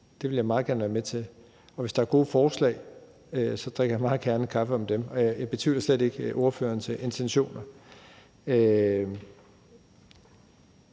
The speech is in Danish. det vil jeg meget gerne være med til. Hvis der er gode forslag, drikker jeg meget gerne kaffe, mens jeg hører om dem, og jeg betvivler slet ikke ordførerens intentioner.